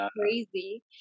crazy